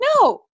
no